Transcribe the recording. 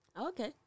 Okay